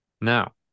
Now